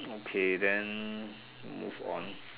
okay then move on